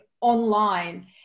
online